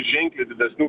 ženkliai didesnių